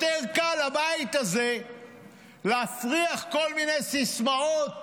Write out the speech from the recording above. יותר קל לבית הזה להפריח כל מיני סיסמאות